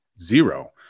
Zero